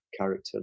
character